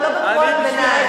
ולא בקריאות ביניים.